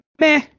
meh